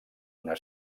una